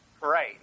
Right